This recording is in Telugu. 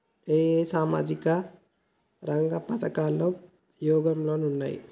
ఏ ఏ సామాజిక రంగ పథకాలు ఉపయోగంలో ఉన్నాయి?